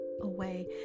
away